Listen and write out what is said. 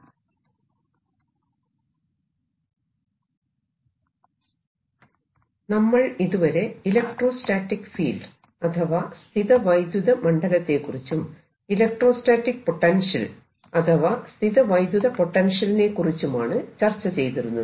ഒരു ചാലകത്തിലെ വൈദ്യുത മണ്ഡലവും പൊട്ടൻഷ്യലും നമ്മൾ ഇതുവരെ ഇലക്ട്രോസ്റ്റാറ്റിക് ഫീൽഡ് അഥവാ സ്ഥിതവൈദ്യുത മണ്ഡലത്തെക്കുറിച്ചും ഇലക്ട്രോസ്റ്റാറ്റിക് പൊട്ടൻഷ്യൽ അഥവാ സ്ഥിതവൈദ്യുത പൊട്ടൻഷ്യലിനെ കുറിച്ചുമാണ് ചർച്ച ചെയ്തിരുന്നത്